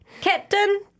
Captain